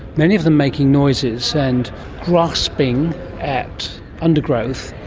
many of them making noises and grasping at undergrowth.